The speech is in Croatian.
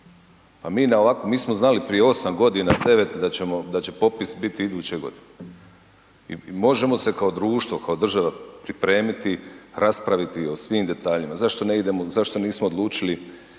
Pa mi smo znali prije 8 g., 9 da će popis biti iduće godine i možemo se kao društvo, kao država pripremiti, raspraviti o svim detaljima, zašto nismo odlučili